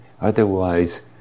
Otherwise